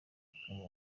butumwa